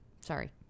Sorry